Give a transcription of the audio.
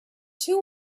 two